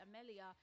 Amelia